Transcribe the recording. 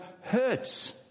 hurts